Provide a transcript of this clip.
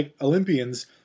Olympians